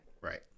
Right